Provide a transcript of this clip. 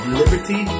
liberty